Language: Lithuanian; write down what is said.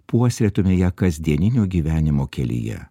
puoselėtume ją kasdieninio gyvenimo kelyje